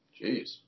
Jeez